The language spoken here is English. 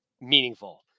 meaningful